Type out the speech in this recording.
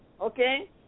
Okay